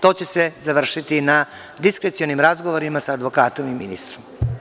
To će se završiti na diskrecionim razgovorima sa advokatom i ministrom.